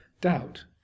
doubt